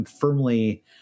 firmly